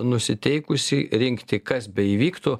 nusiteikusį rinkti kas beįvyktų